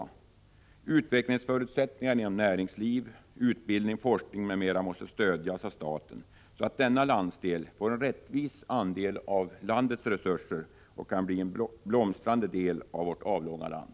När det gäller förutsättningarna för en utveckling inom näringsliv, utbildning, forskning m.m. i Norrland måste staten ge sitt stöd, så att denna landsdel får en rättvis andel av landets resurser och kan bli en blomstrande del av vårt avlånga land.